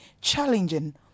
challenging